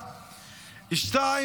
1. דבר שני,